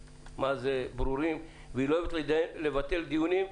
ברורים והיא לא אוהבת לבטל דיונים,